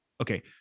okay